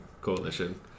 Coalition